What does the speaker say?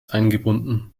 eingebunden